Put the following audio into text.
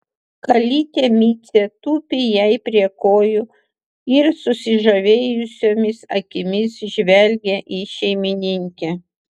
kalytė micė tupi jai prie kojų ir susižavėjusiomis akimis žvelgia į šeimininkę